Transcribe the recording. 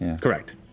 Correct